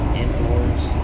indoors